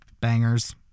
Bangers